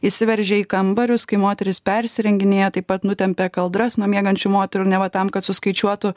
įsiveržia į kambarius kai moterys persirenginėja taip pat nutempia kaldras nuo miegančių moterų neva tam kad suskaičiuotų